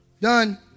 Done